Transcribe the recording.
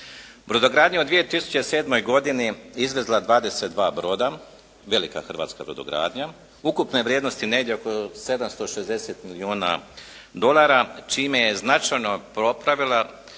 Brodogradnja je u 2007. godini izvezla 22 broda, velika hrvatska brodogradnja, ukupne vrijednosti negdje oko 760 milijuna dolara čime je značajno popravila